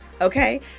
okay